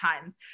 times